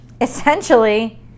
essentially